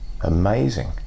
amazing